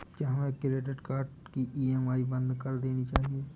क्या हमें credit card की ई.एम.आई बंद कर देनी चाहिए?